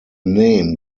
name